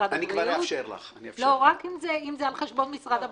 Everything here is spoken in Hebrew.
זה יהיה על חשבון משרד הבריאות,